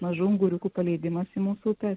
mažų unguriukų paleidimas į mūsų upes